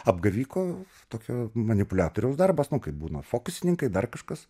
apgaviko tokio manipuliatoriaus darbas nu kaip būna fokusininkai dar kažkas